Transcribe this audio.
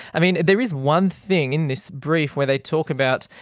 i mean, there is one thing in this brief where they talk about,